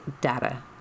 data